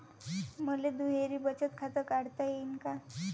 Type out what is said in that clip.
मले दुहेरी बचत खातं काढता येईन का?